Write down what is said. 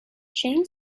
jane